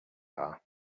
are